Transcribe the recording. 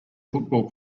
football